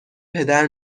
پدر